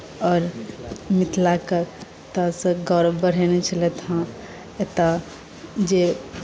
आओर मिथिलाके तऽ सभ गौरव बढ़ेने छलथि हेँ एतय जे